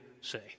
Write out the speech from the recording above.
say